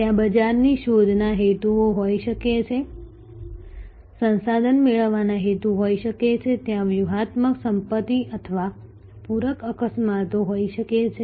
ત્યાં બજારની શોધના હેતુઓ હોઈ શકે છે સંસાધન મેળવવાના હેતુઓ હોઈ શકે છે ત્યાં વ્યૂહાત્મક સંપત્તિ અથવા પૂરક અસ્કયામતો હોઈ શકે છે